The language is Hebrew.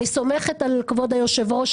אני סומכת על כבוד יושב הראש.